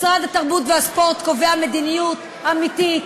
משרד התרבות והספורט קובע מדיניות אמיתית,